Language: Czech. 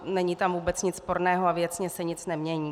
Není tam vůbec nic sporného a věcně se nic nemění.